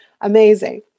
Amazing